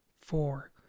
Four